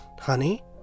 honey